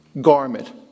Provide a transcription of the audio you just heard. garment